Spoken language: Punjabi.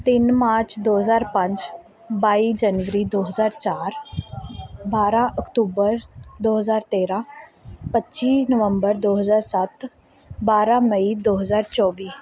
ਤਿੰਨ ਮਾਰਚ ਦੋ ਹਜ਼ਾਰ ਪੰਜ ਬਾਈ ਜਨਵਰੀ ਦੋ ਹਜ਼ਾਰ ਚਾਰ ਬਾਰਾਂ ਅਕਤੂਬਰ ਦੋ ਹਜ਼ਾਰ ਤੇਰਾਂ ਪੱਚੀ ਨਵੰਬਰ ਦੋ ਹਜ਼ਾਰ ਸੱਤ ਬਾਰਾਂ ਮਈ ਦੋ ਹਜ਼ਾਰ ਚੌਵੀ